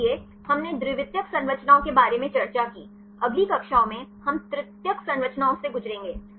इसलिए हमने द्वितीयक संरचनाओं के बारे में चर्चा की अगली कक्षाओं में हम तृतीयक संरचनाओं से गुजरेंगे